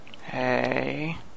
Hey